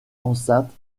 enceintes